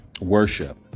worship